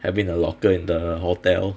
having a locker in the hotel